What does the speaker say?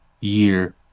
year